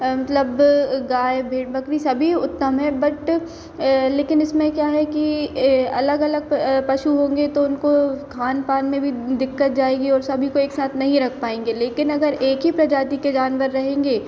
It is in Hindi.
मतलब गाय भेड़ बकरी सभी उत्तम हैं बट लेकिन इसमें क्या है कि अलग अलग पशु होंगे तो उनको खान पान में भी दिक्कत जाएगी और सभी को एक साथ नहीं रख पाएँगे लेकिन अगर एक ही प्रजाति के जानवर रहेंगे